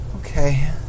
Okay